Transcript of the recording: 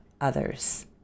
others